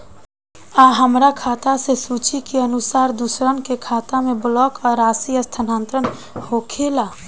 आ हमरा खाता से सूची के अनुसार दूसरन के खाता में बल्क राशि स्थानान्तर होखेला?